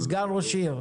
סגן ראש עיר.